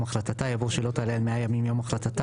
החלטתה' יבוא 'שלא תעלה על מאה ימים מיום החלטתה.